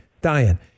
Dying